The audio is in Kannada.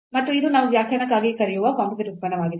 ಮತ್ತು ಇದು ನಾವು ವ್ಯಾಖ್ಯಾನಕ್ಕಾಗಿ ಕರೆಯುವ ಕಂಪೋಸಿಟ್ ಉತ್ಪನ್ನವಾಗಿದೆ